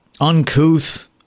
uncouth